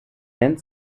nennt